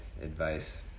advice